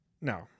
No